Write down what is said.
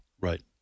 Right